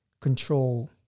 control